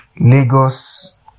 Lagos